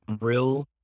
real